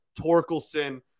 Torkelson